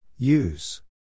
Use